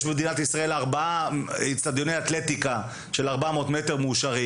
יש במדינת ישראל ארבעה אצטדיוני אתלטיקה של 400 מטר מאושרים.